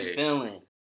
feeling